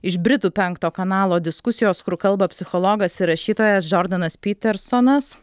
iš britų penkto kanalo diskusijos kur kalba psichologas ir rašytojas džordanas pytersonas